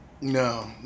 No